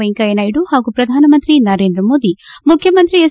ವೆಂಕಯ್ಥನಾಯ್ದು ಹಾಗೂ ಪ್ರಧಾನಮಂತ್ರಿ ನರೇಂದ್ರ ಮೋದಿಮುಖ್ಯಮಂತ್ರಿ ಎಚ್